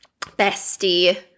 bestie